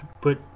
put